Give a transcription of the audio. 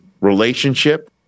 relationship